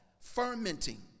fermenting